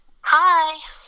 hi